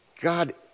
God